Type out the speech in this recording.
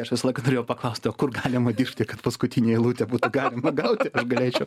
aš visą laiką norėjau paklausti kur galima dirbti kad paskutinė eilutė būtų galima gaut galėčiau